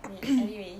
wait anyways